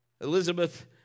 Elizabeth